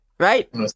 Right